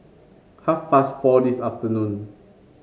half past four this afternoon